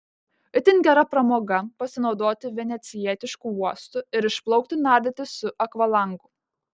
itin gera pramoga pasinaudoti venecijietišku uostu ir išplaukti nardyti su akvalangu